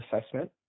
assessment